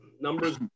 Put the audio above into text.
Numbers